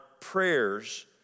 prayers